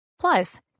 Plus